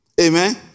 Amen